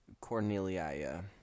Cornelia